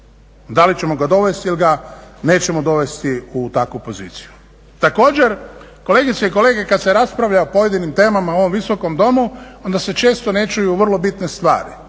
Da li ćemo ga dovesti ili ga nećemo dovesti u takvu poziciju. Također, kolegice i kolege kad se raspravlja o pojedinim temama u ovom Visokom domu, onda se često ne čuju vrlo bitne stvari.